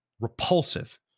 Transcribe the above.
repulsive